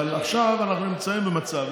אבל אנחנו נמצאים במצב,